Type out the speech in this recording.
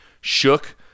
shook